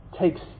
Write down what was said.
takes